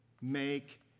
Make